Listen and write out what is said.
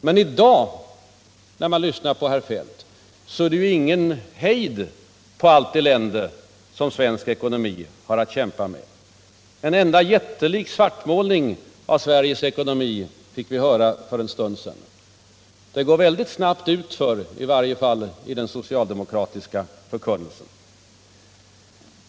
Men i dag, när man lyssnar på herr Feldt, är det ju ingen hejd på allt elände som svensk ekonomi har att kämpa med. En enda jättelik svartmålning av Sveriges ekonomi fick vi uppleva för en stund sedan. Det går väldigt snabbt utför, i varje fall i den socialdemokratiska förkunnelsen.